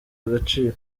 agaciro